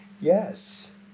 Yes